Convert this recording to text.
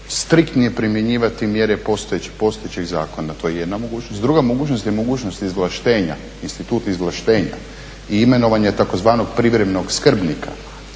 striktnije primjenjivati mjere postojećeg zakona, to je jedna mogućnost. Druga mogućnost je mogućnost izvlaštenja, institut izvlaštenja i imenovanja tzv. privremenog skrbnika.